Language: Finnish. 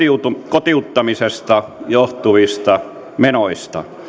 kotouttamisesta johtuviin menoihin